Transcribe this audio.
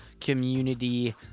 Community